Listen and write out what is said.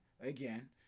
again